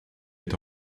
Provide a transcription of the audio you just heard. est